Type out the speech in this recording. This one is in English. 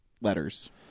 letters